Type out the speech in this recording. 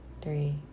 three